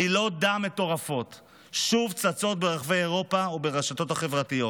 עלילות דם מטורפות שוב צצות ברחבי אירופה וברשתות החברתיות.